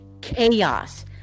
chaos